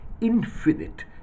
infinite